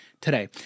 today